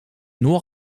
nur